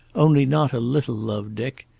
only not a little love, dick.